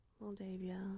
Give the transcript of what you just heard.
Moldavia